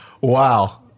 Wow